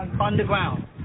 underground